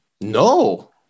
no